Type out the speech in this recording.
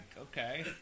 okay